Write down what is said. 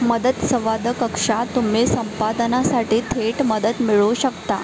मदत संवादकक्षात तुम्ही संपादनासाठी थेट मदत मिळवू शकता